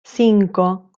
cinco